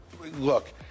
Look